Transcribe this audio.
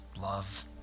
love